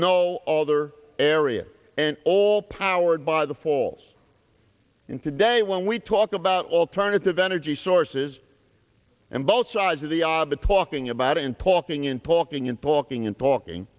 alder area and all powered by the falls in today when we talk about alternative energy sources and both sides of the are the talking about and talking and talking and talking and talking